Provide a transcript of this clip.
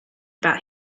about